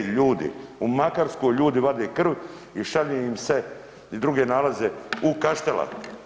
Hej ljudi, u Makarskoj ljudi vade krv i šalje im se i druge nalaze u Kaštela.